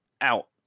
out